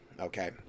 okay